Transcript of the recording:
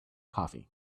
coffee